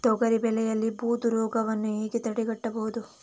ತೊಗರಿ ಬೆಳೆಯಲ್ಲಿ ಬೂದು ರೋಗವನ್ನು ಹೇಗೆ ತಡೆಗಟ್ಟಬಹುದು?